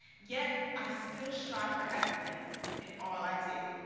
yet, i still strive for excellence in all i do.